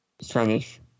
Spanish